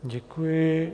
Děkuji.